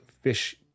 fish